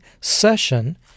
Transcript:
session